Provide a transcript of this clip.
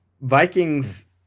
Vikings